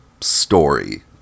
story